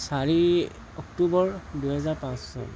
চাৰি অক্টোবৰ দুহেজাৰ পাঁচ চন